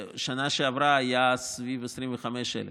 שנה שעברה זה היה סביב 25,000,